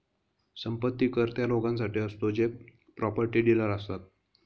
संपत्ती कर त्या लोकांसाठी असतो जे प्रॉपर्टी डीलर असतात